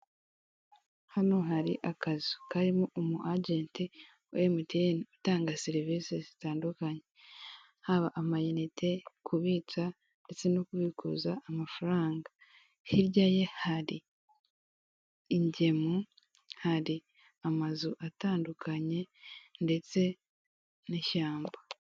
Amatara yaka cyane ndetse n'ikiraro kinyuraho imodoka, hasi no hejuru kiri mu mujyi wa Kigali muri nyanza ya kicukiro ndetse yanditseho, icyapa k'icyatsi kiriho amagambo Kigali eyapoti